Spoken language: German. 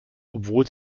obwohl